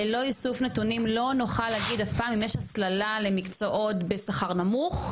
ללא איסוף נתונים לא נוכל להגיד אף פעם אם יש הסללה למקצועות בשכר נמוך,